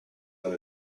one